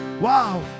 Wow